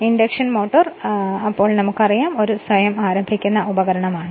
അതിനാൽ induction motor ഒരു സ്വയം ആരംഭിക്കുന്ന ഉപകരണമാണ്